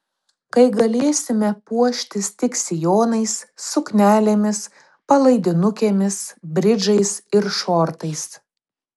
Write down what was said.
kai galėsime puoštis tik sijonais suknelėmis palaidinukėmis bridžais ir šortais